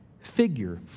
figure